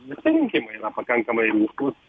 visi rinkimai yra pakankamai rimtus